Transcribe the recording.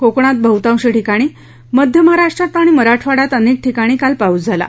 कोकणात बहतांश ठिकाणी मध्य महाराष्ट्रात आणि मराठवाड्यात अनेक ठिकाणी काल पाऊस झाला